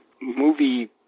movie